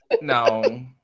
No